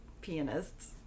pianists